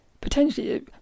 potentially